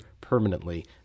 permanently